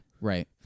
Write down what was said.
Right